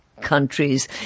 countries